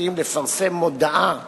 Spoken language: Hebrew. במקרקעין לפרסם מודעה